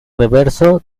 reverso